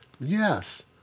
Yes